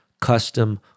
Custom